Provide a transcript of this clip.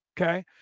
okay